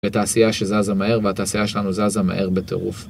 ותעשייה שזזה מהר, והתעשייה שלנו זזה מהר בטירוף.